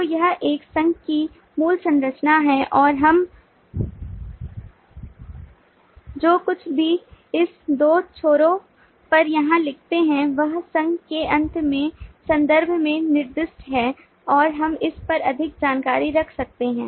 तो यह एक संघ की मूल संरचना है और हम जो कुछ भी इस दो छोरों पर यहां लिखते हैं वह संघ के अंत के संदर्भ में निर्दिष्ट है और हम इस पर अधिक जानकारी रख सकते हैं